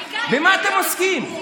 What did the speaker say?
במה אתם עוסקים?